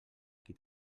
qui